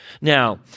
Now